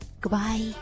Goodbye